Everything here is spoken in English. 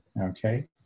Okay